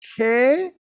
okay